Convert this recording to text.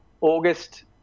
August